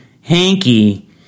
hanky